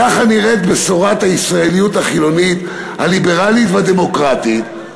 ככה נראית בשורת הישראליות החילונית הליברלית והדמוקרטית.